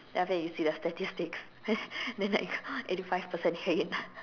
then after that you see the statistics then then like eighty five percent hate